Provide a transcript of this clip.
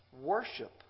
worship